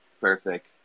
perfect